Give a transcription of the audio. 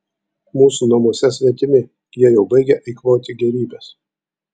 mūsų namuose svetimi jie jau baigia eikvoti gėrybes